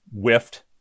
whiffed